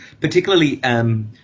Particularly